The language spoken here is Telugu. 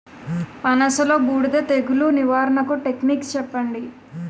పనస లో బూడిద తెగులు నివారణకు టెక్నిక్స్ చెప్పండి?